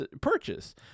purchase